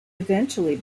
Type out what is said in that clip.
eventually